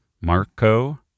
Marco